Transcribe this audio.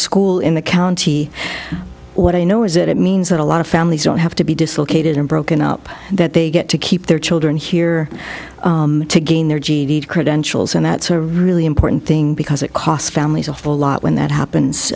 school in the county what i know is that it means that a lot of families don't have to be dislocated and broken up that they get to keep their children here to gain their credentials and that's a really important thing because it costs families awful lot when that happens